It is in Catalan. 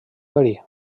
verí